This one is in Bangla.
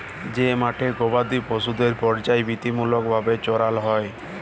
যে মাঠে গবাদি পশুদের পর্যাবৃত্তিমূলক ভাবে চরাল হ্যয়